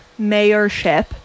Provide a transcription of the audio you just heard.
mayorship